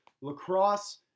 lacrosse